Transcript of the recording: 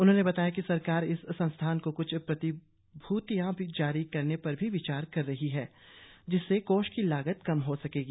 उन्होंने बताया कि सरकार इस संस्थान को क्छ प्रतिभूतियां जारी करने पर भी विचार कर रही है जिससे कोष की लागत कम हो सकेगी